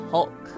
Hulk